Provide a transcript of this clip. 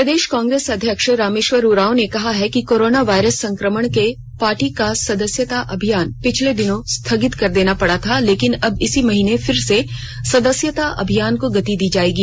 प्रदेश कांग्रेस अध्यक्ष रामेष्वर उरांव ने कहा है कि कोरोना वायरस संकमण के पार्टी का सदस्यता अभियान पिछले दिनों स्थगित कर देना पड़ा था लेकिन अब इसी महीने फिर से सदस्यता अभियान को गति दी जाएगी